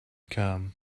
come